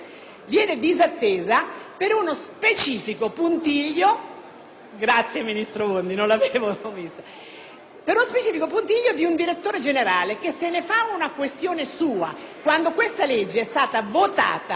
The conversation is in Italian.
disattesa per lo specifico puntiglio di un direttore generale, che ne fa una questione sua quando questa legge è stata votata